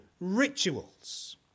rituals